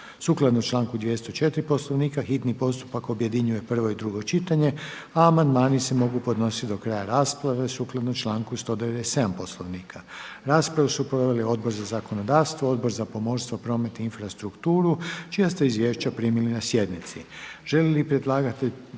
Sukladno članku 204. Poslovnika hitni postupak objedinjuje prvo i drugo čitanje, a amandmani se mogu podnositi do kraja rasprave sukladno članku 197. Poslovnika. Raspravu su proveli: Odbor za zakonodavstvo, Odbor za poljoprivredu i Odbor za zaštitu okoliša i prirode. Izvješća ste primili na sjednici. Želi li predstavnik